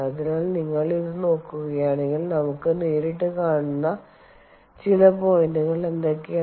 അതിനാൽ നിങ്ങൾ ഇത് നോക്കുകയാണെങ്കിൽ നമുക്ക് നേരിട്ട് കാണുന്ന ചില പോയിന്റുകൾ എന്തൊക്കെയാണ്